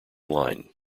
line